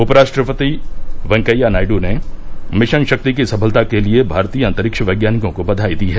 उपराष्ट्रपति वेंकैया नायडू ने मिशन शक्ति की सफलता के लिए भारतीय अंतरिक्ष वैज्ञानिकों को बधाई दी है